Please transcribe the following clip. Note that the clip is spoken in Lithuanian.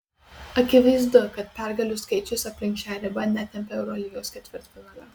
akivaizdu kad pergalių skaičius aplink šią ribą netempia eurolygos ketvirtfinalio